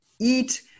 eat